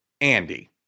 Andy